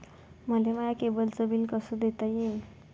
मले माया केबलचं बिल कस देता येईन?